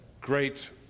great